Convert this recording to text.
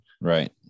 Right